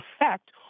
effect